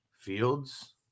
Fields